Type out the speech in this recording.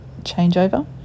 changeover